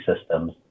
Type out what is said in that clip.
systems